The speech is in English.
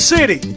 City